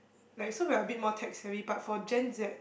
like so we're a bit more tech savvy but for Gen-Z